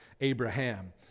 Abraham